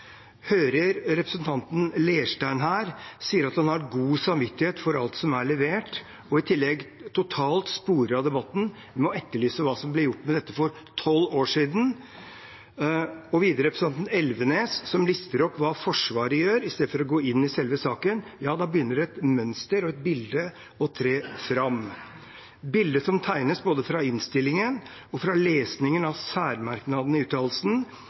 hører representanten Leirstein si at han har god samvittighet for alt som er levert, og i tillegg totalt sporer av debatten med å etterlyse hva som ble gjort med dette for tolv år siden, og videre representanten Elvenes, som lister opp hva Forsvaret gjør, i stedet for å gå inn i selve saken, begynner et mønster og et bilde å tre fram. Ut fra bildet som tegnes både fra innstillingen og fra lesningen av særmerknadene i uttalelsen,